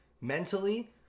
mentally